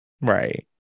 Right